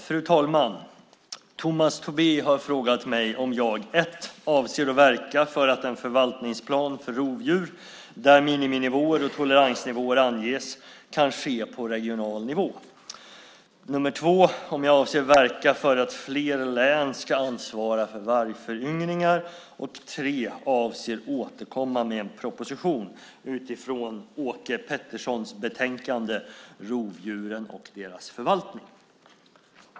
Fru talman! Tomas Tobé har frågat mig om jag 1. avser att verka för att en förvaltningsplan för rovdjur, där miniminivåer och toleransnivåer anges, kan ske på regional nivå, 2. avser att verka för att fler län ska ansvara för vargföryngringar och 3. avser att återkomma med en proposition utifrån Åke Petterssons betänkande Rovdjuren och deras förvaltning .